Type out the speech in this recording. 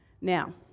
Now